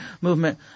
movement